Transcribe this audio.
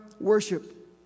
worship